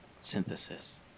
synthesis